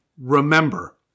remember